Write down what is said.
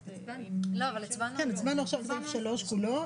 כן, הצבענו עכשיו על סעיף 3 כולו.